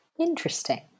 Interesting